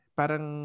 parang